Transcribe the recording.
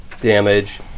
damage